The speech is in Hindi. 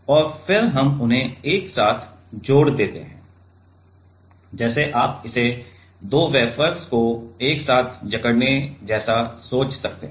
और फिर हम उन्हें एक साथ जोड़ देते हैं जैसे आप इसे दो वेफर्स को एक साथ जकड़ने जैसा सोच सकते हैं